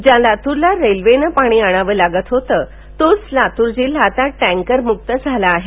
ज्या लातूरला रेल्वेनं पाणी आणावं लागलं तोच लातूर जिल्हा आता टॅकरमुक्त झाला आहे